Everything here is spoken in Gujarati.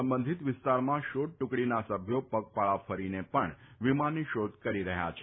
સંબંધીત વિસ્તારમાં શોધ ટુકડીના સભ્યો પગપાળા ફરીને પણ વિમાનની શોધ કરી રહ્યા છે